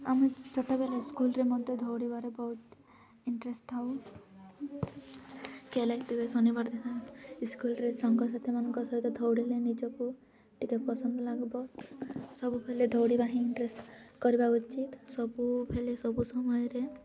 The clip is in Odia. ଆମେ ଛୋଟବେଳେ ସ୍କୁଲ୍ରେ ମଧ୍ୟ ଦୌଡ଼ିବାରେ ବହୁତ ଇଣ୍ଟରେଷ୍ଟ୍ ଦେଉ ଶନିବାର ଦିନ ଇସ୍କୁଲ୍ରେ ସାଙ୍ଗସାଥିମାନଙ୍କ ସହିତ ଦୌଡ଼ିଲେ ନିଜକୁ ଟିକିଏ ପସନ୍ଦ ଲାଗିବ ସବୁବେଳେ ଧୌଡ଼ିବା ହିଁ ଇଣ୍ଟରେଷ୍ଟ୍ କରିବା ଉଚିତ୍ ସବୁବେଳେ ସବୁ ସମୟରେ